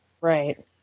Right